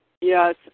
Yes